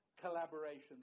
collaboration